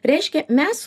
reiškia mes